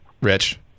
Rich